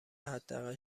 حداقل